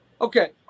Okay